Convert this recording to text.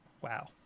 wow